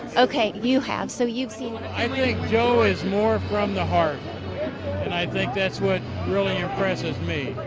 ok. you have so you've seen joe is more from the heart. and i think that's what really impresses me.